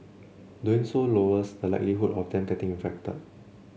doing so lowers the likelihood of them getting infected